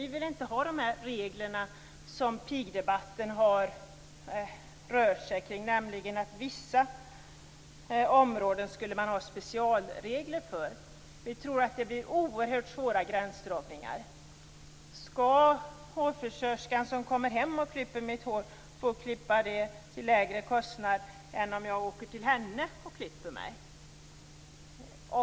Vi vill inte ha de regler som pigdebatten har rört sig om, nämligen att man skall ha specialregler för vissa områden. Vi tror att det skulle bli oerhört svåra gränsdragningar. Skall hårfrisörskan som kommer hem och klipper mitt hår få klippa mig till lägre kostnad än om jag åker till henne och klipper mig?